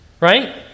right